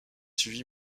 suivi